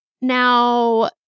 Now